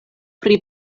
pri